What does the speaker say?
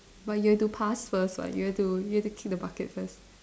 but you have to pass first [what] you have to you have to kick the bucket first